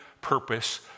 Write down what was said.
purpose